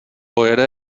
pojede